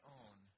own